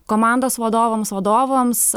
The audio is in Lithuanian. komandos vadovams vadovams